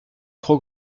trop